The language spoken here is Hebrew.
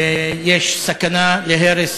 ויש סכנה של הרס